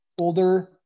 older